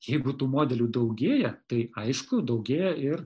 jeigu tų modelių daugėja tai aišku daugėja ir